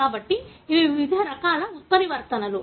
కాబట్టి ఇవి వివిధ రకాల ఉత్పరివర్తనలు